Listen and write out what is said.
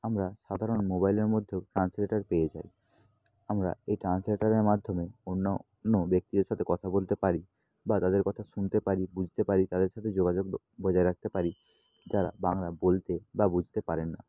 আমরা সাধারণ মোবাইলের মধ্যেও ট্রান্সলেটার পেয়ে যাই আমরা এই ট্রান্সলেটারের মাধ্যমে অন্য অন্য ব্যক্তিদের সথে কথা বলতে পারি বা তাদের কথা শুনতে পারি বুঝতে পারি তাদের সাতে যোগাযোগ বজায় রাখতে পারি যারা বাংলা বলতে বা বুঝতে পারেন না